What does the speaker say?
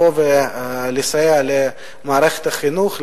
לסייע למערכת החינוך,